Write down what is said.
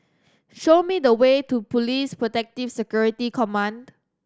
show me the way to Police Protective Security Command